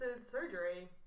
surgery